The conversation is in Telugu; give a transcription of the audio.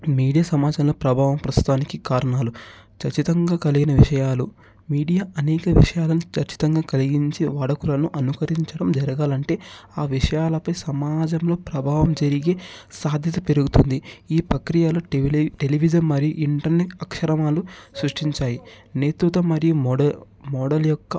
మీడియా సమాజంలో ప్రభావం ప్రస్తుతానికి కారణాలు ఖచ్చితంగా కలిగిన విషయాలు మీడియా అనేక విషయాలను ఖచ్చితంగా కలిగించే వాడుకలను అనుకరించడం జరగాలంటే ఆ విషయాలపై సమాజంలో ప్రభావం జరిగి సాదృశ్య పెరుగుతుంది ఈ ప్రక్రియలు టెవిలే టెలివిజన్ మరియు ఇంటర్నెట్ అక్షరమాలలు సృష్టించాయి నేతృత్వ మరియు మోడ మోడల్ యొక్క